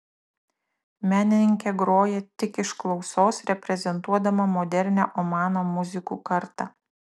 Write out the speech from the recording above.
menininkė groja tik iš klausos reprezentuodama modernią omano muzikų kartą